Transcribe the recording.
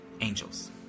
angels